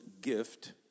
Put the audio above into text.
gift